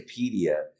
Wikipedia